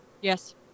Yes